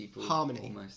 harmony